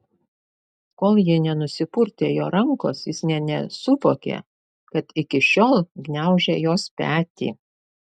kol ji nenusipurtė jo rankos jis nė nesuvokė kad iki šiol gniaužė jos petį